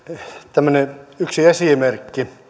tämmöinen yksi esimerkki